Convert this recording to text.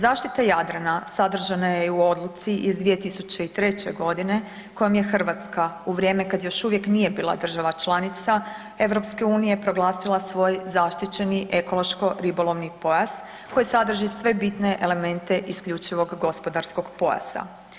Zaštita Jadrana sadržana je i u odluci iz 2003. godine kojom je Hrvatska u vrijeme kada još uvijek nije bila država članica Europske unije proglasila svoj zaštićeni ekološko-ribolovni pojas koji sadrži sve bitne elemente isključivog gospodarskog pojasa.